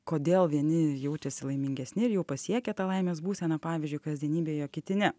kodėl vieni jaučiasi laimingesni ir jau pasiekė tą laimės būseną pavyzdžiui kasdienybėje kiti ne